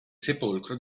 sepolcro